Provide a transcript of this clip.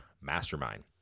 mastermind